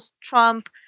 Trump